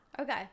Okay